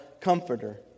comforter